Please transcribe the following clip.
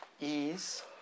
ease